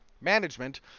management